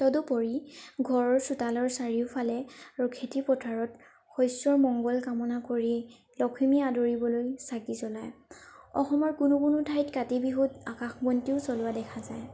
তদুপৰি ঘৰৰ চোতালৰ চাৰিওফালে আৰু খেতি পথাৰত শস্যৰ মংগল কামনা কৰি লখিমী আদৰিবলৈ চাকি জ্বলায় অসমৰ কোনো কোনো ঠাইত কাতি বিহুত আকাশবন্তিও জ্বলোৱা দেখা যায়